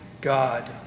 god